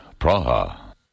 Praha